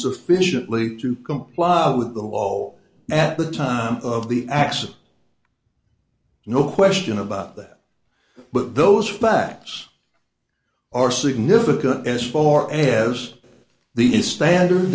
sufficiently to comply with the law at the time of the accident no question about that but those facts are significant as far as the is standard